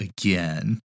again